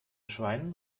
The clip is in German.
schwein